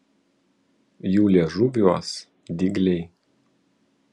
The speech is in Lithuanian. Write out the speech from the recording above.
jų liežuviuos dygliai